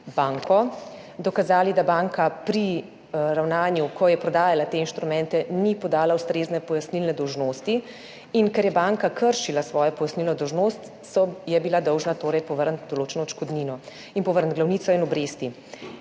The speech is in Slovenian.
banko, dokazali, da banka pri ravnanju, ko je prodajala te instrumente, ni podala ustrezne pojasnilne dolžnosti in ker je banka kršila svojo pojasnilno dolžnost, je bila dolžna torej povrniti določeno odškodnino in povrniti glavnico in obresti.